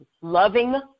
loving